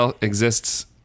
exists